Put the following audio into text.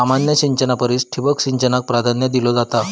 सामान्य सिंचना परिस ठिबक सिंचनाक प्राधान्य दिलो जाता